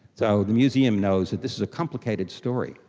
so the museum knows that this is a complicated story.